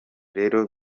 rero